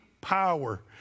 power